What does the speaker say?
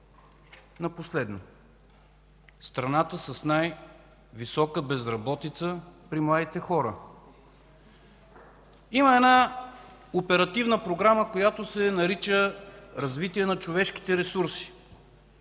на последно. Страната с най-висока безработица при младите хора. Има една оперативна програма, която се нарича „Развитие на човешките ресурси”.